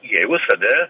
jeigu save